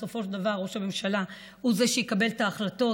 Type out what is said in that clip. בסופו של דבר ראש הממשלה הוא שיקבל את ההחלטות,